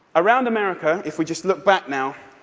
around america, if we just look back now,